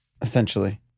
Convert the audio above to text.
essentially